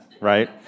right